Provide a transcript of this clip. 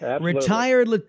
Retired